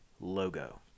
logo